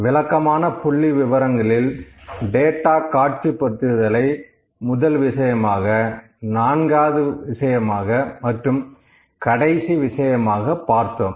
விளக்கமான புள்ளிவிவரங்களில் டேட்டா காட்சிப்படுத்துதலை முதல் விஷயமாக நான்காவது விஷயமாக மற்றும் கடைசி விஷயமாக பார்த்தோம்